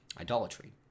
idolatry